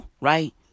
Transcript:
right